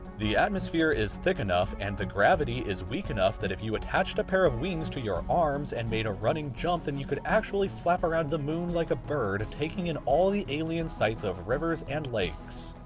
the atmosphere is thick enough and the gravity is weak enough that if attached a pair of wings to your arms and made a running jump, then you could actually flap around the moon like a bird, taking in all the alien sights of rivers and lakes.